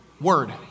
word